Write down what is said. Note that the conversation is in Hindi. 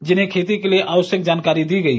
जिन्हें खेती के लिए आवश्यक जानकारी भी दी गई